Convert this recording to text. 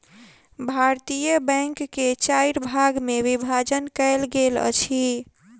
भारतीय बैंक के चाइर भाग मे विभाजन कयल गेल अछि